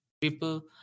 people